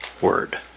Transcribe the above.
word